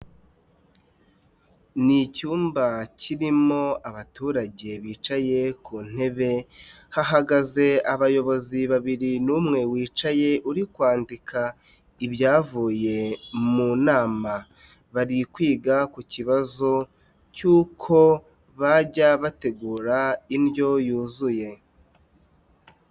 Ni icyumba kirimo abaturage bicaye ku ntebe, hahagaze abayobozi babiri n'umwe wicaye uri kwandika ibyavuye mu nama, bari kwiga ku kibazo cy'uko bajya bategura indyo yuzuye.